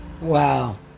Wow